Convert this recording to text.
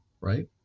right